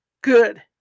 Good